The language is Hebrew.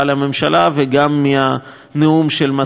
גם מהנאום של מזכיר המדינה,